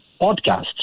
Podcasts